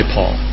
Paul